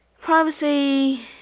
Privacy